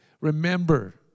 remember